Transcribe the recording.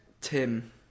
Tim